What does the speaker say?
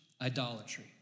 idolatry